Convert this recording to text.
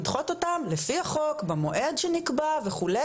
לדחות אותם לפי החוק במועד שנקבע וכו',